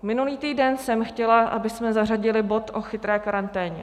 Minulý týden jsem chtěla, abychom zařadili bod o chytré karanténě.